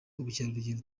ubukerarugendo